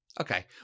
Okay